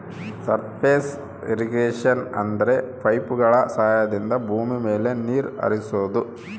surface irrigation ಅಂದ್ರೆ ಪೈಪ್ಗಳ ಸಹಾಯದಿಂದ ಭೂಮಿ ಮೇಲೆ ನೀರ್ ಹರಿಸೋದು